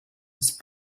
with